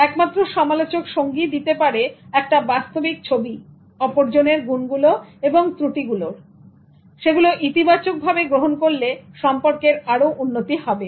একমাত্র সমালোচক সঙ্গী দিতে পারে একটা বাস্তবিক ছবি অপরজনের গুনগুলো এবং ত্রুটিগুলোর এবং সেগুলো ইতিবাচকভাবে গ্রহণ করলে সম্পর্কেরও অনেক উন্নতি হবে